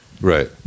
Right